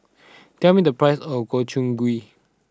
tell me the price of Gobchang Gui